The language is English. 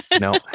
No